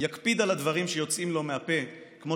יקפיד על הדברים שיוצאים לו מהפה כמו